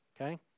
Okay